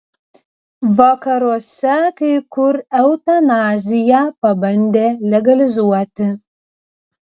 vakaruose kai kur eutanaziją pabandė legalizuoti